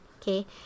okay